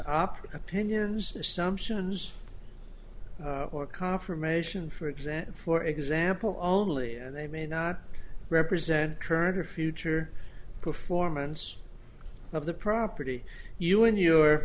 opera opinions assumptions or confirmation for example for example only and they may not represent current or future performance of the property you and your